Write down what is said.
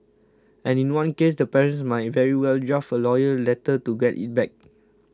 and in one case the parents might very well draft a lawyer letter to get it back